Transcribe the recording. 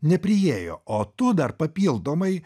nepriėjo o tu dar papildomai